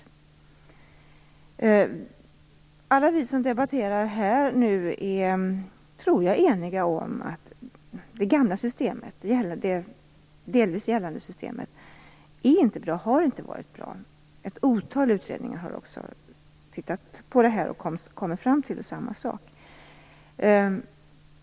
Jag tror att vi som debatterar här nu är eniga om att det gamla, delvis gällande, systemet är och har inte varit bra. Man har kommit fram till samma sak i ett otal utredningar.